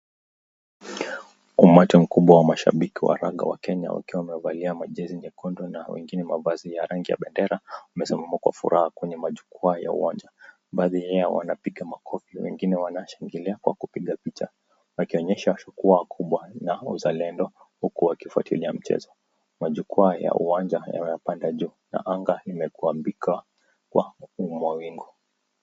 Ummati mkubwa wa mashabiki wa raga wa Kenya wakiwa wamevalia majesi nyekundu na wengine mavazi ya rangi ya bendera umesimama kwa furaha kwenye majukwaa ya uwanja. Baadhi yao wanapiga makofi, wengine wanashangilia kwa kupiga picha. Wakionyesha shauku kubwa na uzalendo huku wakifuatilia mchezo. Majukwaa ya uwanja yameyapanda juu na anga limekuwa mbika kwa umwa wingu.